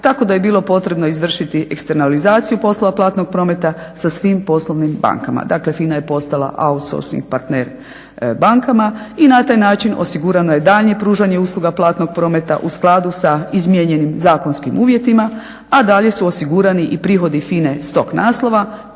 tako da je bilo potrebno izvršiti … /Govornik se ne razumije./… sa svim poslovnim bankama. Dakle, FINA je postala …/Govornik se ne razumije./… partner bankama i na taj način osigurano je daljnje pružanje usluga platnog prometa u skladu sa izmijenjenim zakonskim uvjetima, a dalje su osigurani prihodi FINA-e s tog naslova,